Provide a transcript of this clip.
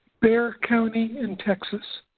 bexar county in texas.